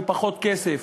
ופחות כסף,